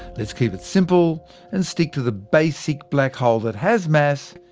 let's keep it simple and stick to the basic black hole that has mass,